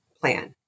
plan